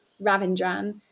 Ravindran